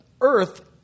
Earth